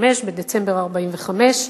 בדצמבר 1945,